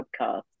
podcast